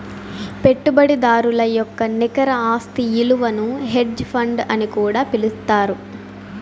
పెట్టుబడిదారుల యొక్క నికర ఆస్తి ఇలువను హెడ్జ్ ఫండ్ అని కూడా పిలుత్తారు